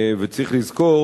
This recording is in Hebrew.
צריך לזכור